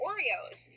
Oreos